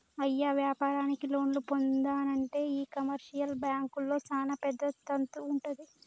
అయ్య వ్యాపారానికి లోన్లు పొందానంటే ఈ కమర్షియల్ బాంకుల్లో సానా పెద్ద తంతు వుంటది